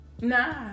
Nah